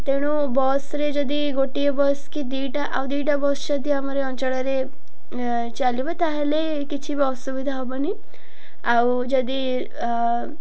ତେଣୁ ବସ୍ରେ ଯଦି ଗୋଟିଏ ବସ୍ କି ଦୁଇଟା ଆଉ ଦୁଇଟା ବସ୍ ଯଦି ଆମର ଅଞ୍ଚଳରେ ଚାଲିବ ତାହେଲେ କିଛି ବି ଅସୁବିଧା ହେବନି ଆଉ ଯଦି